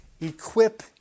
Equip